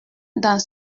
dans